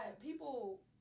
people